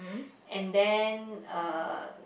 and then uh